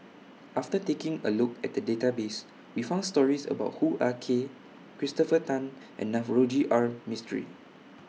after taking A Look At The Database We found stories about Hoo Ah Kay Christopher Tan and Navroji R Mistri